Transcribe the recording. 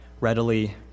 readily